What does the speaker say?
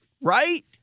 right